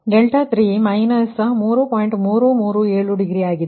337 degree ಆಗಿದೆ